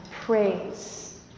praise